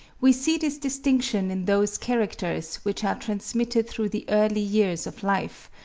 we see this distinction in those characters which are transmitted through the early years of life,